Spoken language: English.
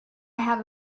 have